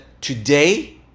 today